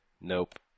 Nope